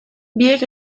biek